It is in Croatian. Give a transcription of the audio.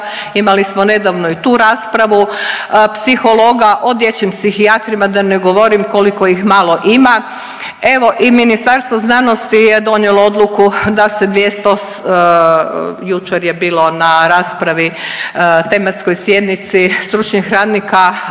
imali smo nedavno i tu raspravu, psihologa, o dječjim psihijatrima da ne govorim koliko ih malo ima. Evo i Ministarstvo znanosti je donijelo odluku da se 200 jučer je bilo na raspravi tematskoj sjednici stručnih radnika